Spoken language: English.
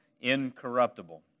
incorruptible